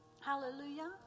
Hallelujah